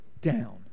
down